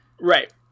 Right